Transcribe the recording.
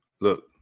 Look